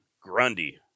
Grundy